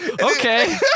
Okay